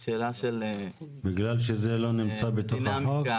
זו שאלה של דינמיקה --- בגלל שזה לא נמצא בתוך החוק?